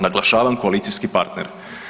Naglašavam, koalicijski partner.